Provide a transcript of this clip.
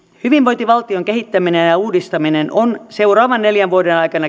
hyvinvointivaltion kehittäminen ja uudistaminen on seuraavien neljän vuoden aikana